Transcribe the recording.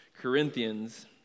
Corinthians